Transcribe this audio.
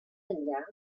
enllà